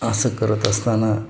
असं करत असताना